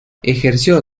ejerció